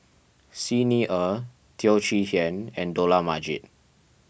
Xi Ni Er Teo Chee Hean and Dollah Majid